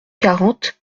quarante